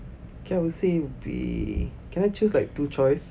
okay I would say would be can I choose like two choice